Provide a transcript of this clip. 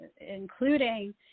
including